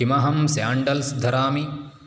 किम अहं स्याण्डल्स् धरामि